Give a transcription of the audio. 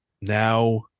now